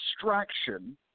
distraction